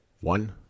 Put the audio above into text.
one